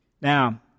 Now